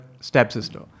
stepsister